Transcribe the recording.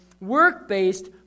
work-based